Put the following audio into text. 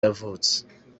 yavutse